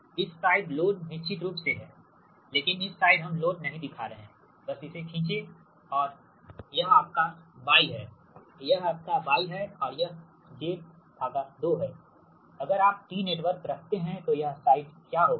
इस side load निश्चित रूप से है लेकिन इस साइड हम लोड नहीं दिखा रहे हैं बस इसे खींचे और यह आपका Y है यह आपका Y है और यह Z2 है अगर आप T नेटवर्क रखते हैं तो यह साइड क्या होगा